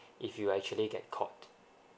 if you actually get caught